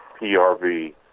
PRV